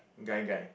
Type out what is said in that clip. guy guy